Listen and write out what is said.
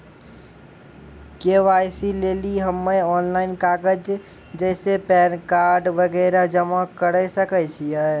KYC लेली हम्मय online कागज जैसे पैन कार्ड वगैरह जमा करें सके छियै?